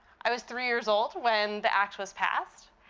i was three years old when the act was passed,